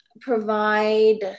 provide